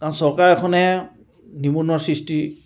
কাৰণ চৰকাৰ এখনে নিবনুৱা সৃষ্টি